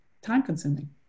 time-consuming